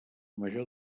major